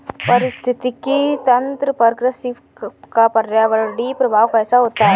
पारिस्थितिकी तंत्र पर कृषि का पर्यावरणीय प्रभाव कैसा होता है?